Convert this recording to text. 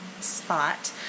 spot